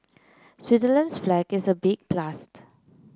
Switzerland's flag is a big plus